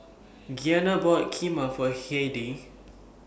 Giana bought Kheema For Heidy